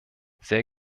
sehr